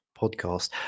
podcast